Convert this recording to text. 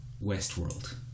Westworld